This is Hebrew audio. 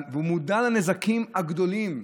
ושהוא מודע לנזקים הגדולים,